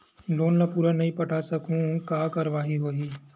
Loan ला पूरा नई पटा सकहुं का कारवाही होही?